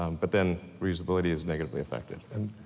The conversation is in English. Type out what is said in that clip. um but then re-usability is negatively affected.